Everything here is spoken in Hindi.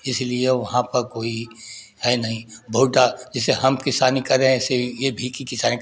इसीलिए वहाँ पर कोई है नहीं बहुत जिसे हम किसानी करें ऐसे भी ये भी किसानी